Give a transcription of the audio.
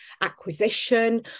acquisition